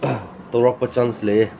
ꯇꯧꯔꯛꯄ ꯆꯥꯟꯁ ꯂꯩꯌꯦ